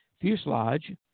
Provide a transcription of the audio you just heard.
fuselage